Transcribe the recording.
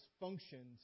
functions